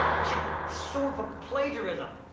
i should sue him for plagiarism.